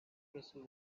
crystal